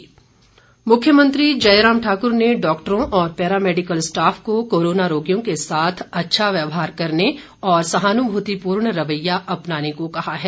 मुख्यमंत्री मुख्यमंत्री जयराम ठाक्र ने डॉक्टरों और पैरामेडिकल स्टॉफ को कोरोना रोगियों के साथ अच्छा व्यवहार करने और सहानुभूतिपूर्ण रवैया अपनाने को कहा है